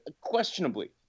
Questionably